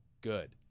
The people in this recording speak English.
good